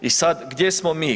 I sad, gdje smo mi?